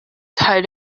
teil